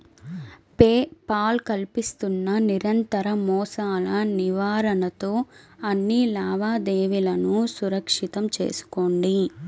pay Paul కల్పిస్తున్న నిరంతర మోసాల నివారణతో అన్ని లావాదేవీలను సురక్షితం చేసుకోండి